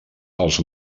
els